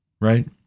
right